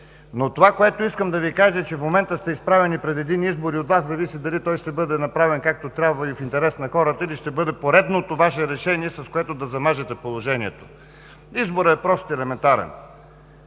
Но това, което искам да Ви кажа, е, че в момента сте изправени пред един избор и от Вас зависи дали той ще бъде направен както трябва и в интерес на хората или ще бъде поредното Ваше решение, с което да замажете положението. Изборът е прост и елементарен.